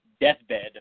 deathbed